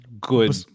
good